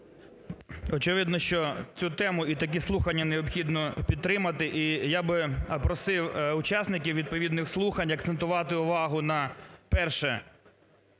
Очевидно, що цю тему і такі слухання необхідно підтримати. І я б просив учасників відповідних слухань акцентувати увагу на, перше,